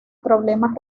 problemas